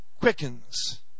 quickens